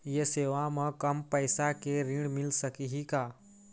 ये सेवा म कम पैसा के ऋण मिल सकही का?